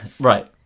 Right